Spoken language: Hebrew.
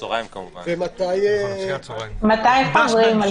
מתי חוזרים?